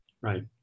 right